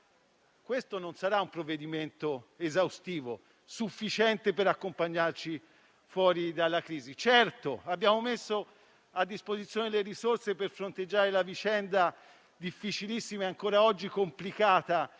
esame non sarà un provvedimento esaustivo e sufficiente per accompagnarci fuori dalla crisi. Abbiamo messo a disposizione le risorse per fronteggiare la vicenda difficilissima e ancora oggi complicata